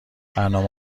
برنامه